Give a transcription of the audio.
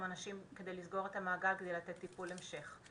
אנשים על מנת לסגור את המעגל ובכדי לתת טיפול המשך.